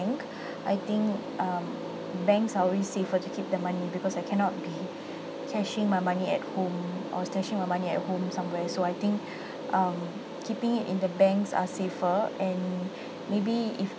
I think um banks are always safer to keep the money because I cannot be cashing my money at home or stashing my money at home somewhere so I think um keeping it in think banks are safer and maybe if